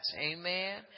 Amen